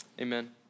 amen